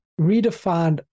redefined